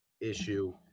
issue